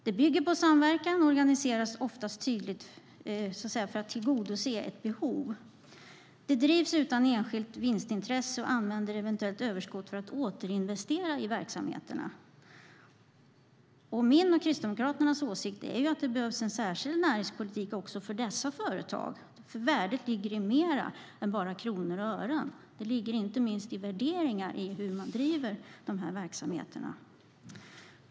Det bygger på samverkan och organiseras ofta för att tillgodose ett behov. Företagen drivs utan enskilt vinstintresse och använder eventuellt överskott för att återinvestera i verksamheterna. Min och Kristdemokraternas åsikt är att det behövs en särskild näringspolitik också för dessa företag, eftersom värdet ligger i mer än bara kronor och ören. Det ligger inte minst i värderingar när det gäller hur man driver dessa verksamheter.